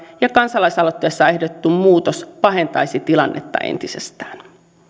ja kansalaisaloitteessa ehdotettu muutos pahentaisi tilannetta entisestään